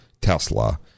Tesla